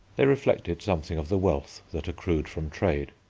they reflected something of the wealth that accrued from trade.